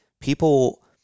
People